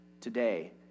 today